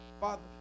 Father